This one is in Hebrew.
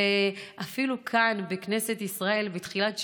ואפילו כאן בכנסת ישראל בתחילת השבוע.